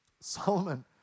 Solomon